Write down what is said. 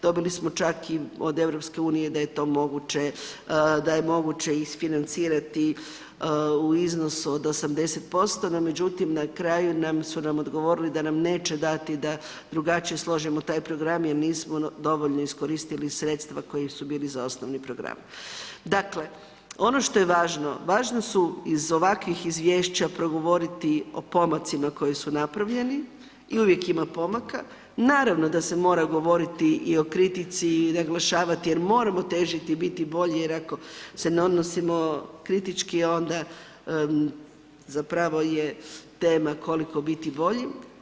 Dobili smo čak i od EU da je to moguće isfinancirati u iznosu od 80%, no međutim na kraju su nam odgovorili da nam neće dati da drugačije složimo taj program jer nismo dovoljno iskoristili sredstva koja su bila za osnovni program Dakle, ono što je važno, važno su iz ovakvih izvješća progovoriti o pomacima koji su napravljeni i uvijek ima pomaka, naravno da se mora govoriti i o kritici, naglašavati jer moramo težiti i biti bolji jer ako se ne odnosimo kritički onda zapravo je tema koliko biti bolji.